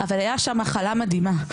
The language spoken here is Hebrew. אבל היה שם הכלה מדהימה.